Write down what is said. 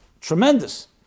Tremendous